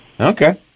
Okay